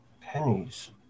pennies